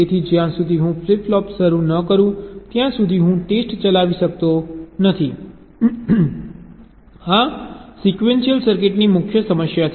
તેથી જ્યાં સુધી હું ફ્લિપ ફ્લોપ્સ શરૂ ન કરું ત્યાં સુધી હું ટેસ્ટ ચલાવી શકતો નથી આ સિક્વેન્શિયલ સર્કિટની મુખ્ય સમસ્યા છે